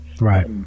Right